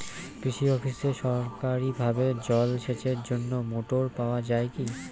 কৃষি অফিসে সরকারিভাবে জল সেচের জন্য মোটর পাওয়া যায় কি?